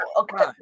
Okay